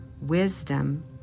wisdom